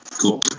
Cool